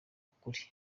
kuri